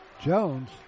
Jones